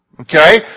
Okay